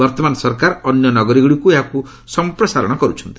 ବର୍ତ୍ତମାନ ସରକାର ଅନ୍ୟ ନଗରୀଗୁଡ଼ିକୁ ଏହାକୁ ସମ୍ପ୍ରସାରଣ କର୍ଛନ୍ତି